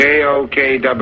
K-O-K-W